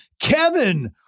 Kevin